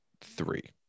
three